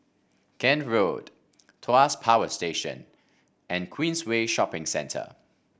Kent Road Tuas Power Station and Queensway Shopping Centre